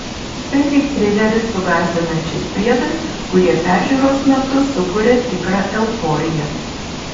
tai lyg trileris su gąsdinančiais priedais kurie peržiūros metu sukuria tikrą euforiją